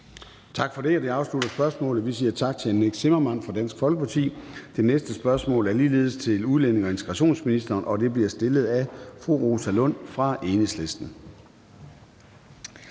Tak for det. Det afslutter spørgsmålet. Vi siger tak til hr. Nick Zimmermann fra Dansk Folkeparti. Det næste spørgsmål er ligeledes til udlændinge- og integrationsministeren, og det bliver stillet af fru Rosa Lund fra Enhedslisten.